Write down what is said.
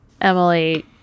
Emily